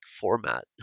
format